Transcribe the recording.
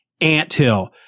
anthill